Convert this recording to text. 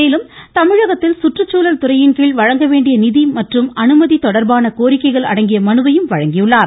மேலும் தமிழகத்தில் சுற்றுச்சூழல் துறையின் கீழ் வழங்க வேண்டிய நிதி மற்றும் அனுமதி தொடர்பான கோரிக்கைகள் அடங்கிய மனுவையும் வழங்கியுள்ளார்